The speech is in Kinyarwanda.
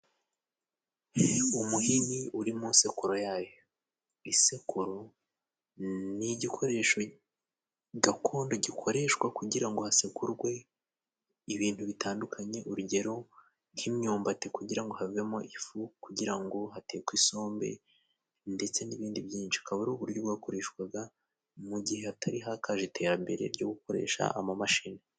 Umuhini uri mu sekura yayo. Isekururo ni igikoresho gakondo gikoreshwa kugira ngo hasekurwe ibintu bitandukanye. Urugero, nk'imyumbati kugira ngo havemo ifu, kugira ngo hatekwe isombe, ndetse n'ibindi byinshi, akaba ari uburyo bwakoreshwaga mu gihe hatari hakaje iterambere ryo gukoresha amamashini.